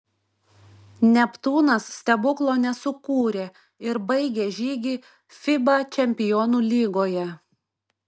neptūnas stebuklo nesukūrė ir baigė žygį fiba čempionų lygoje